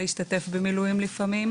להשתתף במילואים לפעמים,